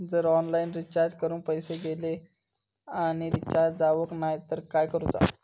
जर online recharge करून पैसे गेले आणि रिचार्ज जावक नाय तर काय करूचा?